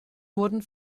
wurden